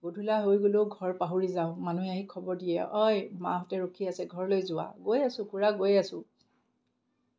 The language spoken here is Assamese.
গধূলা হৈ গ'লেও ঘৰ পাহৰি যাওঁ মানুহে আহি খবৰ দিয়ে অ'ই মাহঁতে ৰখি আছে ঘৰলৈ যোৱা গৈ আছোঁ খুড়া গৈ আছোঁ